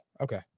okay